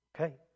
Okay